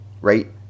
right